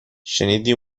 شنیدی